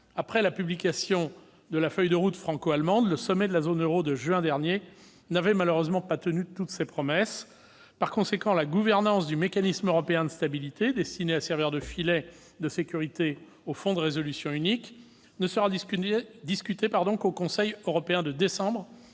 Après la publication de la feuille de route franco-allemande, le sommet de la zone euro de juin dernier n'avait malheureusement pas tenu toutes ses promesses. Par conséquent, la gouvernance du Mécanisme européen de stabilité, destiné à servir de filet de sécurité au Fonds de résolution unique, ne sera discutée qu'au Conseil européen de décembre,